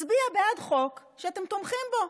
תצביע בעד חוק שאתם תומכים בו.